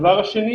הדבר השני